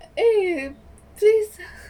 eh please